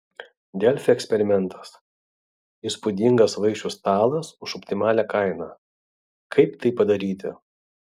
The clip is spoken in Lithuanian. delfi eksperimentas įspūdingas vaišių stalas už optimalią kainą kaip tai padaryti